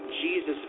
Jesus